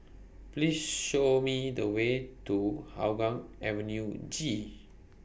Please Show Me The Way to Hougang Avenue G